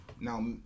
now